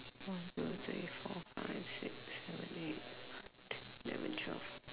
one two three four five six seven eight nine ten eleven twelve